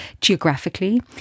geographically